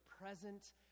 present